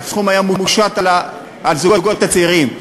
והסכום היה מושת על הזוגות הצעירים.